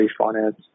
refinance